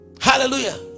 Hallelujah